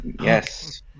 Yes